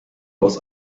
aus